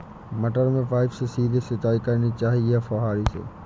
मटर में पाइप से सीधे सिंचाई करनी चाहिए या फुहरी से?